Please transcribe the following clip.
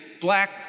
black